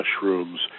mushrooms